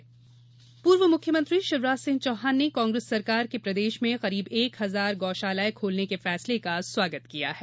गौशाला स्वागत पूर्व मुख्यमंत्री शिवराज सिंह चौहान ने कांग्रेस सरकार के प्रदेश में करीब एक हजार गोशालाएं खोलने के फैसले का स्वागत किया है